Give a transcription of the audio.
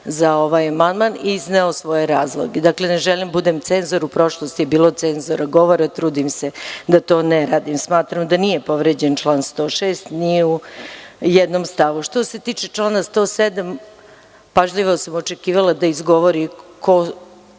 za ovaj amandman i izneo svoje razloge. Dakle, ne želim da budem cenzor, u prošlosti je bilo cenzora govora. Trudim se da to ne radim. Smatram da nije povređen član 106. ni u jednom stavu. Što se tiče člana 107, pažljivo sam očekivala da izgovori ko